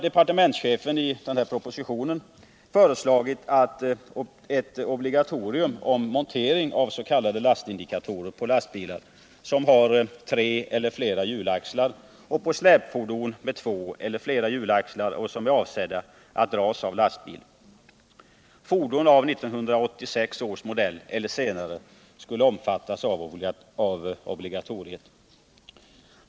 Departementschefen har i propositionen föreslagit ett obligatorium om montering av s.k. lastindikatorer på lastbilar som har tre eller flera hjulaxlar och på släpfordon med två eller flera hjulaxlar som är avsedda att dras av lastbil. Fordon av 1981 års modell eller senare skulle omfattas av obligatoriet.